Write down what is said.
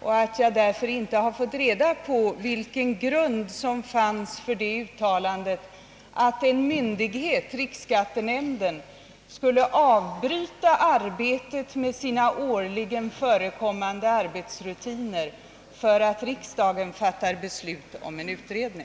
på min fråga och att jag därför inte fått reda på grunden för uttalandet, att en myndighet, riksskattenämnden, skulle avbryta arbetet med sina årligen förekommande arbetsrutiner, därför att riksdagen fattar beslut om en utredning.